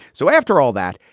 so after all that,